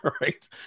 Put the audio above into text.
right